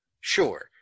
Sure